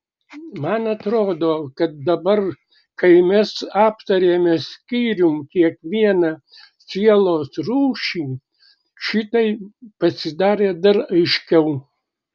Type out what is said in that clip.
man atrodo kad dabar kai mes aptarėme skyrium kiekvieną sielos rūšį šitai pasidarė dar aiškiau